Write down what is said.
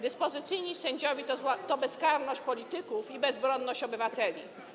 Dyspozycyjni sędziowie to bezkarność polityków i bezbronność obywateli.